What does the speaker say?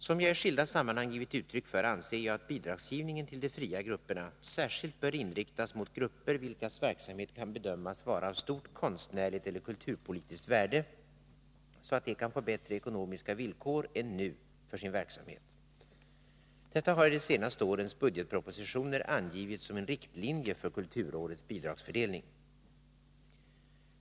Som jag i skilda sammanhang givit uttryck för anser jag att bidragsgivningen till de fria grupperna särskilt bör inriktas mot grupper vilkas verksamhet kan bedömas vara av stort konstnärligt eller kulturpolitiskt värde, så att de kan få bättre ekonomiska villkor än nu för sin verksamhet. Detta har i de senaste årens budgetpropositioner angivits som en riktlinje för kulturrådets bidragsfördelning.